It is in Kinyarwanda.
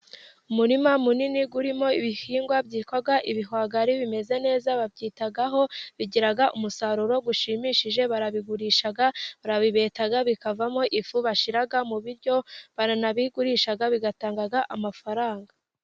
Umurima munini urimo ibihingwa byitwa ibihwagari bimeze neza, babyitaho bigira umusaruro ushimishije, barabigurisha, barabibeta bikavamo ifu bashira mu biryo baranabigurisha bigatanga amafaranga.